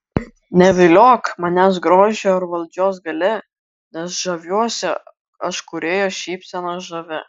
neviliok manęs grožiu ar valdžios galia nes žaviuosi aš kūrėjo šypsena žavia